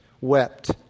wept